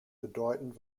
bedeutend